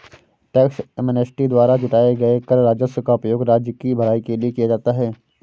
tax amnesty द्वारा जुटाए गए कर राजस्व का उपयोग राज्य की भलाई के लिए किया जाता है